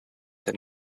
then